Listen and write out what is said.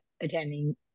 attending